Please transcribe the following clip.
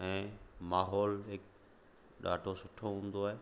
ऐं माहौल हिकु ॾाढो सुठो हूंदो आहे